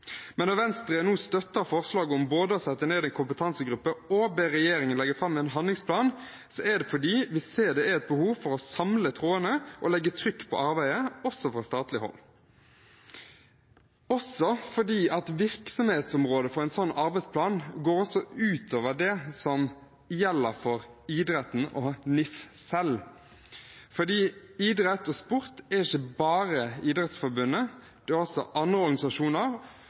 Men når Venstre nå støtter forslaget om både å sette ned en kompetansegruppe og be regjeringen legge fram en handlingsplan, er det fordi vi ser det er behov for å samle trådene og legge trykk på arbeidet også fra statlig hold, og fordi virksomhetsområdet for en sånn arbeidsplan også går utover det som gjelder for idretten og NIF selv, for idrett og sport gjelder ikke bare Idrettsforbundet. Det gjelder også andre organisasjoner,